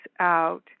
out